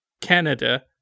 Canada